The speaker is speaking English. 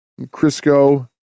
Crisco